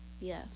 Yes